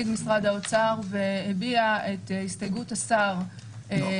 משרד האוצר והביע את הסתייגות השר --- לא.